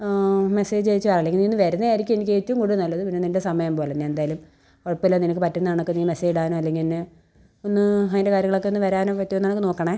മെസ്സേജയച്ചോ അല്ലെങ്കിൽ നീ ഒന്ന് വരുന്നതായിരിക്കും എനിക്കേറ്റോം കൂടുതൽ നല്ലത് പിന്നെ നിൻ്റെ സമയം പോലെ ഞാൻ എന്തായാലും കുഴപ്പമില്ല നിനക്ക് പറ്റുന്ന കണക്ക് നീ മെസ്സേടാനോ അല്ലെങ്കിൽ എന്നെ ഒന്ന് അതിൻ്റെ കാര്യങ്ങളൊക്കെ ഒന്ന് വരാനോ പറ്റൂന്നണെക്ക് നോക്കണം